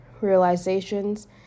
realizations